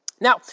Now